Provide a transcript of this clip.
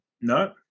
no